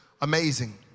amazing